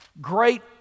Great